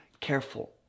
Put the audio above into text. Careful